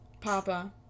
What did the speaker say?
Papa